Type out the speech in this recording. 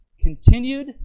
continued